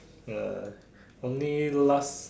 uh only last